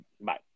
bye